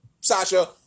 Sasha